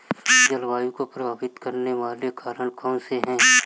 जलवायु को प्रभावित करने वाले कारक कौनसे हैं?